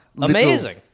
amazing